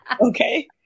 Okay